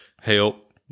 help